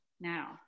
now